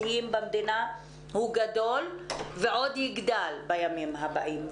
במדינה הוא גדול ועוד יגדל בימים הבאים.